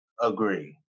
agree